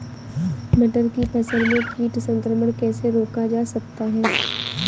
मटर की फसल में कीट संक्रमण कैसे रोका जा सकता है?